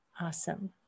Awesome